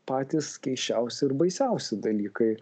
patys keisčiausi ir baisiausi dalykai